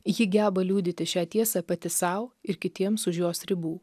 ji geba liudyti šią tiesą pati sau ir kitiems už jos ribų